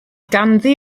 ganddi